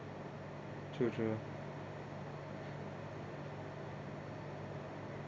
true true